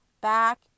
back